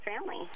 family